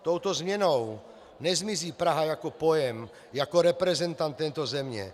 Touto změnou nezmizí Praha jako pojem, jako reprezentant této země.